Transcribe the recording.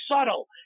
subtle